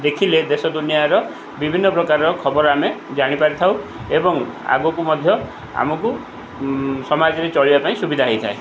ଦେଖିଲେ ଦେଶ ଦୁନିଆର ବିଭିନ୍ନପ୍ରକାରର ଖବର ଆମେ ଜାଣିପାରିଥାଉ ଏବଂ ଆଗକୁ ମଧ୍ୟ ଆମକୁ ସମାଜରେ ଚଳିବା ପାଇଁ ସୁବିଧା ହୋଇଥାଏ